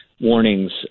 warnings